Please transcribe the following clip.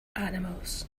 animals